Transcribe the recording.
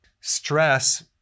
Stress